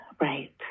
Right